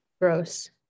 Gross